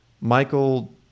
Michael